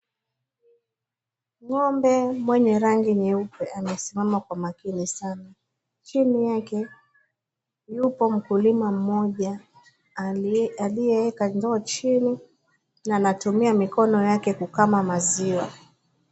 Ng'ombe mwenye rangi nyeupe amesimama kwa makini sana. Chini yake, yupo mkulima mmoja alie aliyeeeka ndoo chini na anatumia mikono yake kukama maziwa.